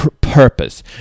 purpose